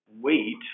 wait